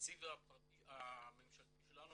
התקציב הממשלתי שלנו,